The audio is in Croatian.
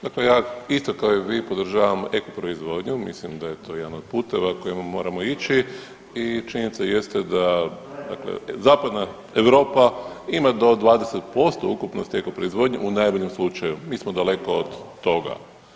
Dakle, ja isto kao i vi podržavam eko proizvodnju, mislim da je to jedan od puteva kojima moramo ići i činjenica jeste da dakle zapadna Europa ima do 20% ukupnost eko proizvodnje u najboljem slučaju, mi smo daleko od toga.